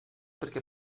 perquè